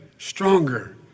Stronger